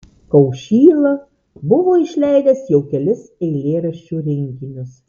kaušyla buvo išleidęs jau kelis eilėraščių rinkinius